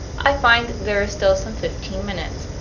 i find there is still some fifteen minutes.